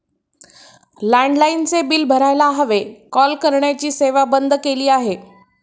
लँडलाइनचे बिल भरायला हवे, कॉल करण्याची सेवा बंद केली आहे